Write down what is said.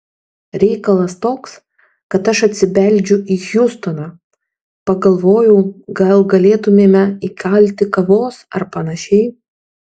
reikalas toks kad aš atsibeldžiu į hjustoną pagalvojau gal galėtumėme įkalti kavos ar panašiai